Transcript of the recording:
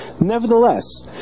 Nevertheless